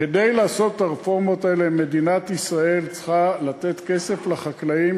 כדי לעשות את הרפורמות האלה מדינת ישראל צריכה לתת כסף לחקלאים,